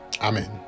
Amen